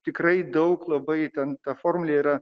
tikrai daug labai ten ta formulė yra